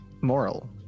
Moral